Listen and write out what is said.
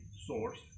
source